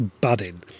budding